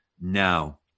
now